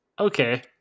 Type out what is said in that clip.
Okay